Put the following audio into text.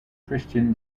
christian